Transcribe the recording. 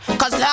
cause